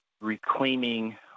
reclaiming